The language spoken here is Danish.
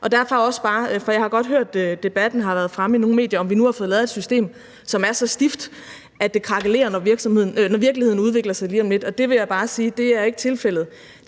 og som bevæger sig. Jeg har godt i debatten, der har været fremme i nogle medier, hørt spørgsmålet om, om vi nu har fået lavet et system, som er så stift, at det krakelerer, når virkeligheden udvikler sig lige om lidt, og det vil jeg bare sige ikke er tilfældet.